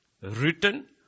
written